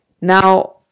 Now